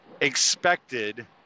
expected